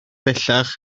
bellach